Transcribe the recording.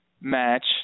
match